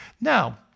Now